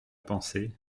pensée